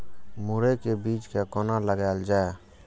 मुरे के बीज कै कोना लगायल जाय?